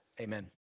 amen